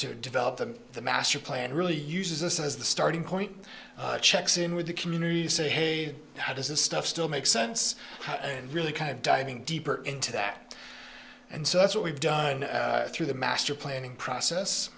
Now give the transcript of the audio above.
to develop them the master plan really uses this as the starting point checks in with the community to say hey how does this stuff still make sense and really kind of diving deeper into that and so that's what we've done through the master planning process